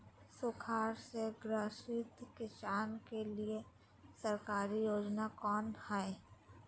सुखाड़ से ग्रसित किसान के लिए सरकारी योजना कौन हय?